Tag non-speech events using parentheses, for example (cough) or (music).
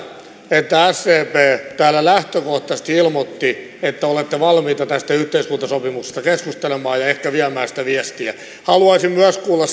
että sdp täällä lähtökohtaisesti ilmoitti että olette valmiita tästä yhteiskuntasopimuksesta keskustelemaan ja ehkä viemään sitä viestiä haluaisin myös kuulla (unintelligible)